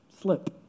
slip